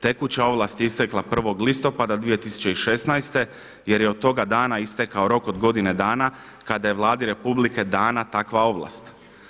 Tekuća ovlast je istekla 1. listopada 2016. jer je od toga dana istekao rok od godine dana kada je Vladi Republike dana takva ovlast.